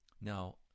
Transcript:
Now